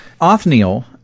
Othniel